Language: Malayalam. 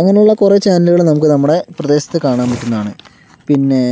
അങ്ങനെയുള്ള കുറേ ചാനലുകൾ നമുക്ക് നമ്മുടെ പ്രദേശത്ത് കാണാൻ പറ്റുന്നതാണ് പിന്നെ